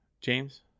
James